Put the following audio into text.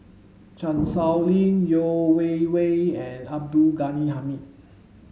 Chan Sow Lin Yeo Wei Wei and Abdul Ghani Hamid